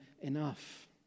enough